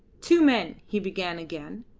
two men, he began again,